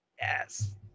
Yes